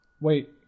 Wait